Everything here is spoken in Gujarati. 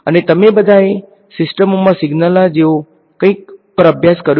અને તમે બધાએ સિસ્ટમોમાં સિગ્નલો જેવા કંઈક પર અભ્યાસ કર્યો છે